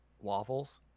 waffles